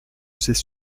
ces